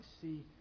see